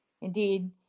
Indeed